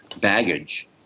baggage